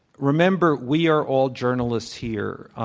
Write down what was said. remember, we are all journalists here.